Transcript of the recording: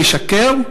לשקר.